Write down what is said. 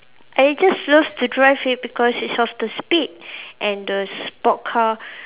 I just love to drive it because it's of the speed and the sport car